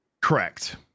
Correct